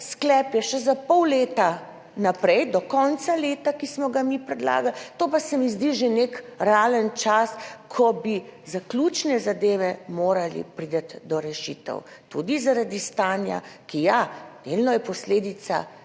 sklep je še za pol leta naprej, do konca leta, ki smo ga mi predlagali, to pa se mi zdi že nek realen čas, ko bi za ključne zadeve morali priti do rešitev, tudi zaradi stanja, ki je delno posledica